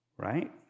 Right